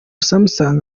samsung